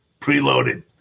Preloaded